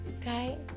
Okay